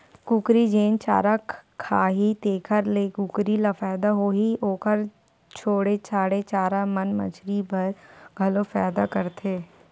कुकरी जेन चारा खाही तेखर ले कुकरी ल फायदा होही, ओखर छोड़े छाड़े चारा मन मछरी बर घलो फायदा करथे